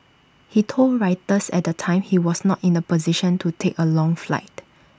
he told Reuters at the time he was not in A position to take A long flight